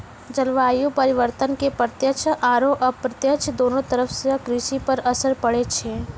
जलवायु परिवर्तन के प्रत्यक्ष आरो अप्रत्यक्ष दोनों तरह सॅ कृषि पर असर पड़ै छै